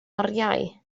oriau